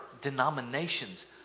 denominations